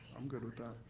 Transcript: i'm good with that.